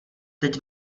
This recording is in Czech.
teď